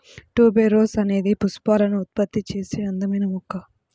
tuberose అనేది పుష్పాలను ఉత్పత్తి చేసే అందమైన మొక్క